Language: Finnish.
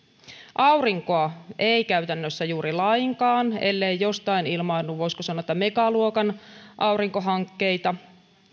aurinkoa ei käytännössä juuri lainkaan ellei jostain ilmaannu voisiko sanoa megaluokan aurinkohankkeita